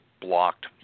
blocked